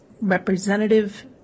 representative